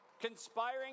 Conspiring